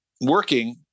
working